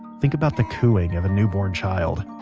think about the cooing of a newborn child,